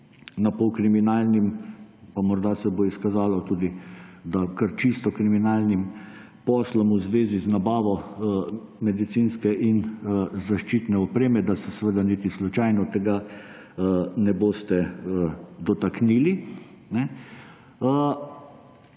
napol kriminalnim, morda se bo izkazalo, da tudi kar čisto kriminalnim poslom v zvezi z nabavo medicinske in zaščitne opreme, da se seveda niti slučajno tega ne boste dotaknili.